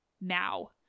now